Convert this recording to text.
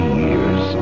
years